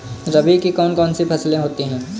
रबी की कौन कौन सी फसलें होती हैं?